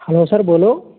hello sir बोलो